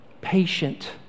patient